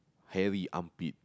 hairy armpit